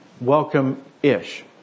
welcome-ish